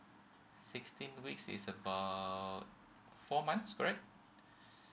sixteen weeks is about four months correct